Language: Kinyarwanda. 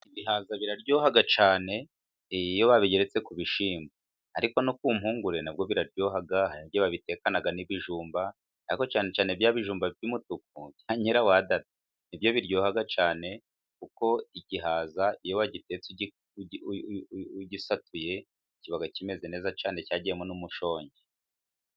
Ibihaza biraryoha cyane iyo babigeretse ku bishyimbo. Ariko no ku mpungure na bwo biraryoha. Babitekana n'ibijumba, ariko cyane cyane bya bijumba by'umutuku nka nyirawadada. Ni byo biryoha cyane, kuko igihaza iyo. Wagitetse ugisatuye kiba kimeze neza cyane, cyagiyemo n'umushongi.